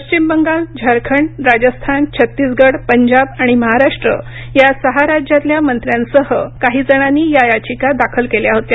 पश्चिम बंगाल झारखंड राजस्थान छत्तीसगड पंजाब आणि महाराष्ट्र या सहा राज्यातल्या मंत्र्यांसह काही जणांनी या याचिका दाखल केल्या होत्या